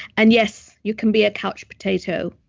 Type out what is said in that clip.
and yes, you can be a couch potato,